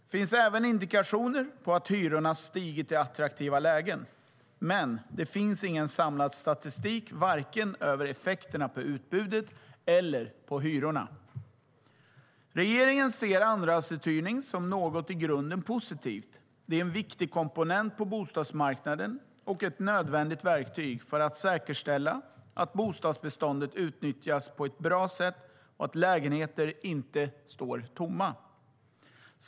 Det finns även indikationer på att hyrorna stigit i attraktiva lägen, men det finns ingen samlad statistik över effekterna vare sig på utbudet eller på hyrorna. Regeringen ser andrahandsuthyrning som något i grunden positivt. Det är en viktig komponent på bostadsmarknaden och ett nödvändigt verktyg för att säkerställa att bostadsbeståndet utnyttjas på ett bra sätt och att lägenheter inte står tomma.